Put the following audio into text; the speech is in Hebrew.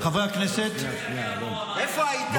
חברי הכנסת --- איפה היית?